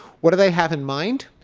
what do they have in mind?